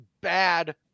bad